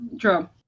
True